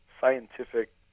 scientific